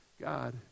God